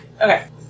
Okay